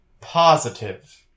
positive